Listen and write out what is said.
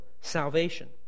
salvation